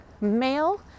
male